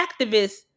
activists